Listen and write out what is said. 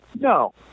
No